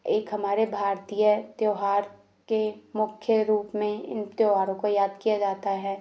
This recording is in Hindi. एक हमारे भारतीय त्यौहार के मुख्य रूप में इन त्यौहारों को याद किया जाता है